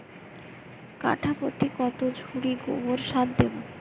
কাঠাপ্রতি কত ঝুড়ি গোবর সার দেবো?